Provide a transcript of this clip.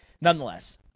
Nonetheless